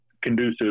conducive